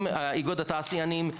עם איגוד התעשיינים,